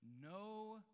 No